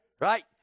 Right